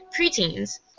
preteens